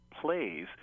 plays